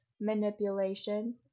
manipulation